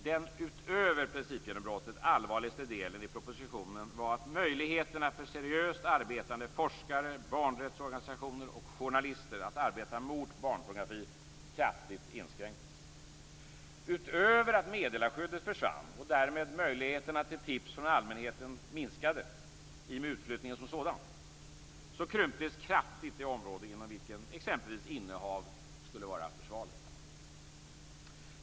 Den utöver principgenombrottet allvarligaste delen i propositionen var att möjligheterna för seriöst arbetande forskare, barnrättsorganisationer och journalister att arbeta mot barnpornografi kraftigt inskränktes. Utöver att meddelarskyddet försvann och möjligheterna till tips från allmänheten minskade i och med utflyttningen som sådan krymptes kraftigt det område inom vilket exempelvis innehav skulle vara försvarligt.